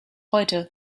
heute